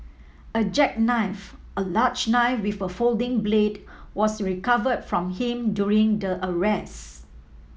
a jackknife a large knife with a folding blade was recovered from him during the arrest